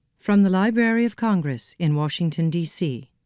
from the library of congress in washington, d c.